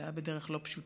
זה היה בדרך לא פשוטה,